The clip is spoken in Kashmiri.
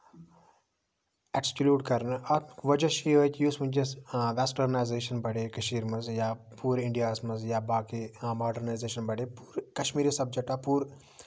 اٮ۪کٔسکٔلیوٗڈ کرنہٕ اکھ وجہہ چھُ یِہوے کہِ یُس ؤنکیس وٮسٹٔرنایزِشَن بَڑے کٔشیٖر منٛز یا پوٗرٕ اِنڈیاہَس منٛز یا باقٕے موڈَرنایزیشَن بَڑے کَشمیٖرِ سَبجیکٹ آو پوٗرٕ